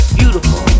beautiful